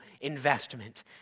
investment